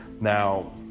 Now